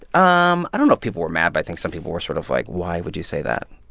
um i don't know if people were mad. but i think some people were sort of like, why would you say that?